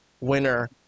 winner